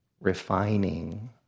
refining